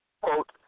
quote